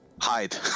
hide